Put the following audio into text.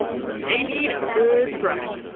so they need a good scrubbing.